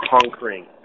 conquering